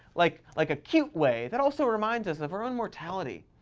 like, like a cute way that also reminds us of our own mortality.